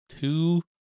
two